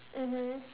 mmhmm